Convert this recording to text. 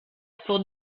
pour